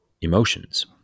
emotions